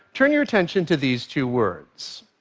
turn your attention to these two words.